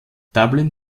dublin